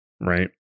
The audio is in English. right